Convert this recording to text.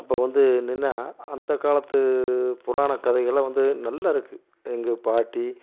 அப்போ வந்து என்னென்னா அந்த காலத்து புராணக்கதைகள்லாம் வந்து நல்லா இருக்குது எங்கள் பாட்டி